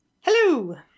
Hello